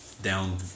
down